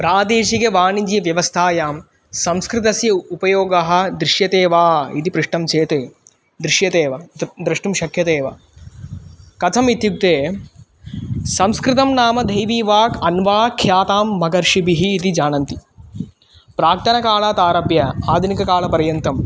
प्रादेशिकवाणिज्यव्यवस्थायां संस्कृतस्य उपयोगः दृश्यते वा इति पृष्टं चेत् दृश्यते एव द्रष्टुं शक्यते एव कथम् इत्युक्ते संस्कृतं नाम दैवी वाक् अन्वाख्याता महर्षिभिः इति जानन्ति प्राक्तनकालात् आरभ्य आधुनिककालपर्यन्तं